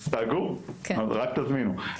סגור, אבל רק תזמינו.